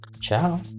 ciao